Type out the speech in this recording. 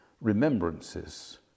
remembrances